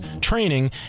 training